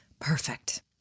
Perfect